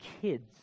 kids